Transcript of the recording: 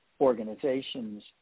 organizations